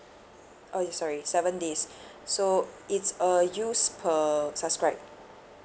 oh yes sorry seven days so it's a use per subscribe